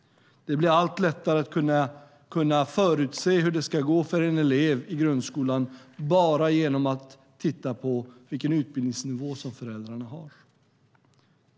Det blir allt lättare att kunna förutse hur det ska gå för en elev i grundskolan bara genom att titta på vilken utbildningsnivå som föräldrarna har.